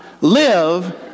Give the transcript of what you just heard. live